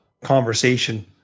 conversation